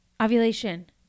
Ovulation